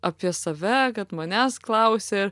apie save kad manęs klausė